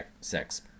sex